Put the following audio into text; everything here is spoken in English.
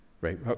right